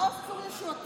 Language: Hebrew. מעוז צור ישועתי.